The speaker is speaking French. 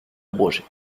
abrogé